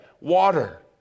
water